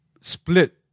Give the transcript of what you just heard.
split